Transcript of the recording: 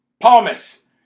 Palmas